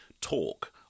talk